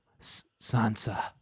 Sansa